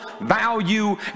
value